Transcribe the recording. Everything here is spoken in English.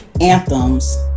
Anthems